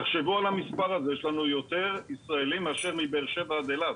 תחשבו על המספר הזה: יש לנו יותר ישראלים מאשר מבאר שבע עד אילת.